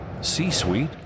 C-Suite